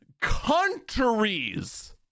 countries